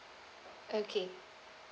okay